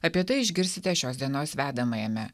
apie tai išgirsite šios dienos vedamajame